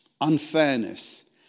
unfairness